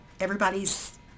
everybody's